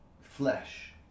flesh